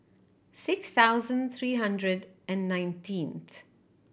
six thousand three hundred and nineteenth